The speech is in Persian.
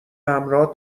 همراه